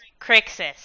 Crixus